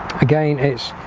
again its